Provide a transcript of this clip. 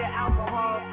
alcohol